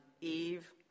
Eve